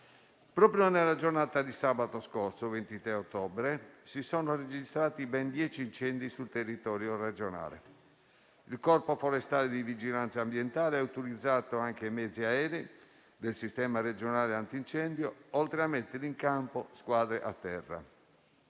Proprio nella giornata di sabato scorso, 23 ottobre, si sono registrati ben dieci incendi sul territorio regionale. Il Corpo forestale e di vigilanza ambientale ha autorizzato anche i mezzi aerei del sistema regionale antincendio, oltre a mettere in campo squadre a terra.